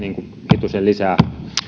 hitusen lisää